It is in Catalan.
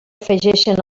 afegeixen